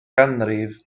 ganrif